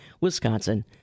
Wisconsin